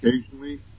occasionally